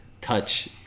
touch